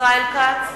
ישראל כץ,